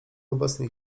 obecnej